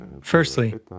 Firstly